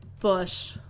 Bush